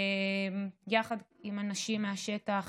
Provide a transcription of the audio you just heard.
יחד עם אנשים מהשטח,